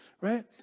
Right